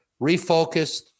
Refocused